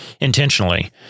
intentionally